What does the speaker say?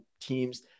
teams